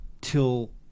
till